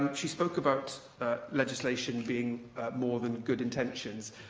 um she spoke about legislation being more than good intentions.